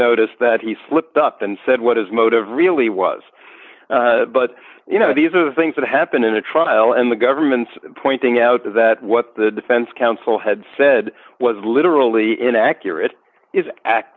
notice that he slipped up and said what his motive really was but you know these are the things that happen in a trial and the government's pointing out that what the defense counsel had said was literally inaccurate is act